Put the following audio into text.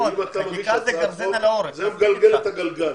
אתה מגיש הצעת חוק, זה מגלגל את הגלגל.